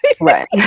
Right